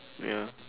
ya